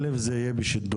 ראשית, זה יהיה בשידור,